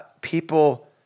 people